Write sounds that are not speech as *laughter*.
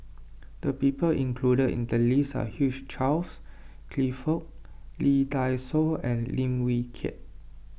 the people included in the list are Hugh Charles *noise* Clifford Lee Dai Soh and Lim Wee Kiak